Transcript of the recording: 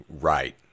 Right